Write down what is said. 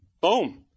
boom